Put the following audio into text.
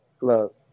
look